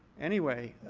anyway,